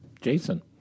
Jason